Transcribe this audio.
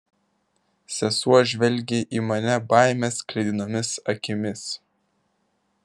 sesuo žvelgė į mane baimės sklidinomis akimis